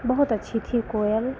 बहुत अच्छी थी कोयल